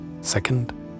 Second